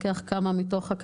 למה הן גבוהות?